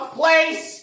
place